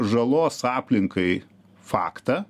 žalos aplinkai faktą